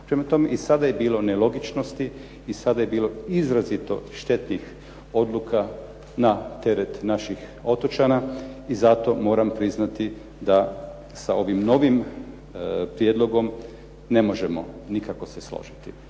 Prema tome, i sada je bilo nelogičnosti, i sada je bilo izrazito štetnih odluka na teret naših otočana i zato moram priznati da sa ovim novim prijedlogom ne možemo nikako se složiti.